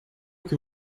que